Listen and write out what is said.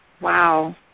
Wow